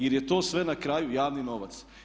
Jer je to sve na kraju javni novac.